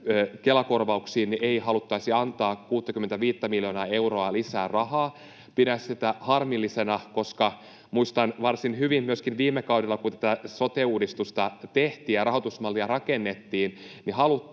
Kela-korvauksiin ei haluttaisi antaa 65:tä miljoonaa euroa lisää rahaa. Pidän sitä harmillisena, koska muistan varsin hyvin myöskin viime kaudella, kun tätä sote-uudistusta tehtiin ja rahoitusmallia rakennettiin,